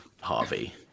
Harvey